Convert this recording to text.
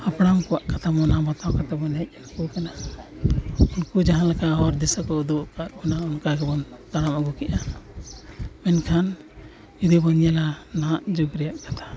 ᱦᱟᱯᱲᱟᱢ ᱠᱚᱣᱟᱜ ᱠᱟᱛᱷᱟ ᱢᱟᱱᱟᱣ ᱵᱟᱛᱟᱣ ᱠᱟᱛᱮᱫ ᱵᱚᱱ ᱦᱮᱡ ᱟᱹᱜᱩ ᱠᱟᱱᱟ ᱩᱱᱠᱩ ᱡᱟᱦᱟᱸ ᱞᱮᱠᱟ ᱦᱚᱨ ᱫᱤᱥᱟᱹ ᱠᱟᱜ ᱵᱚᱱᱟ ᱚᱱᱠᱟ ᱜᱮᱵᱚᱱ ᱛᱟᱲᱟᱢ ᱟᱹᱜᱩ ᱠᱮᱜᱼᱟ ᱢᱮᱱᱠᱷᱟᱱ ᱡᱩᱫᱤ ᱵᱚᱱ ᱧᱮᱞᱟ ᱱᱟᱦᱟᱜ ᱡᱩᱜᱽ ᱨᱮᱭᱟᱜ ᱠᱟᱛᱷᱟ